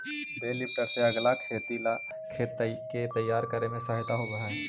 बेल लिफ्टर से अगीला खेती ला खेत के तैयार करे में सहायता होवऽ हई